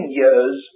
years